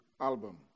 album